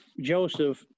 Joseph